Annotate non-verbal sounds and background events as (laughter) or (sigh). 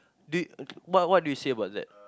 dude (noise) what what do you say about that